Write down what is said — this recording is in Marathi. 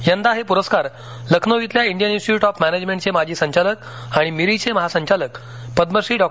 यंदा हे पुरस्कार लखनौ इथल्या इंडियन इंस्टीट्यूट ऑफ मॅनेजमेंट चे माजी संचालक आणि मिरीचे महासंचालक पदमश्री डॉ